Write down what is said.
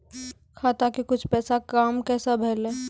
खाता के कुछ पैसा काम कैसा भेलौ?